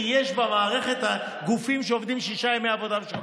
כי יש במערכת גופים שעובדים שישה ימי עבודה בשבוע.